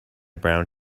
brown